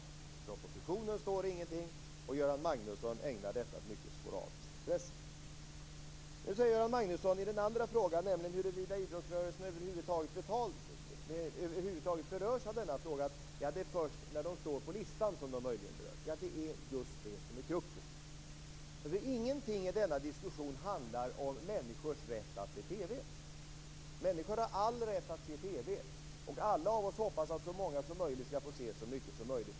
I propositionen står det ingenting, och Göran Magnusson ägnar detta ett mycket sporadiskt intresse. Nu säger Göran Magnusson i den andra frågan, den om huruvida idrottsrörelsen över huvud taget berörs av denna fråga, att det är först när de står på listan som de möjligen berörs. Ja, det är just det som är kruxet. Ingenting i denna diskussion handlar om människors rätt att se TV. Människor har all rätt att se TV, och vi tycker alla att så många som möjligt skall få se så mycket som möjligt.